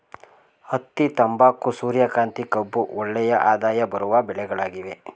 ಹತ್ತಿ, ತಂಬಾಕು, ಸೂರ್ಯಕಾಂತಿ, ಕಬ್ಬು ಒಳ್ಳೆಯ ಆದಾಯ ಬರುವ ಬೆಳೆಗಳಾಗಿವೆ